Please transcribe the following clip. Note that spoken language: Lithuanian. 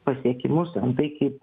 pasiekimus entai kaip